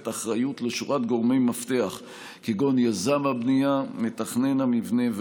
אחריות לשורת גורמי מפתח כגון יזם הבנייה ומתכנן המבנה.